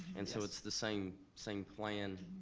and so it's the same same plan.